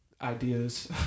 ideas